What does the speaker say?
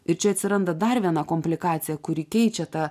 ir čia atsiranda dar viena komplikacija kuri keičia tą